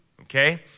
Okay